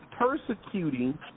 persecuting